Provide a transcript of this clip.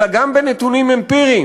אלא גם בנתונים אמפיריים,